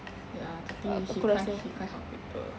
ya tapi he can't he can't help it [pe]